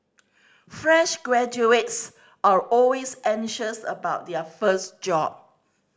fresh graduates are always anxious about their first job